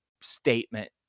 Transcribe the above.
statement